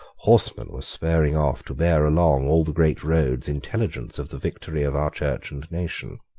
horsemen were spurring off to bear along all the great roads intelligence of the victory of our church and nation.